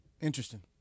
Interesting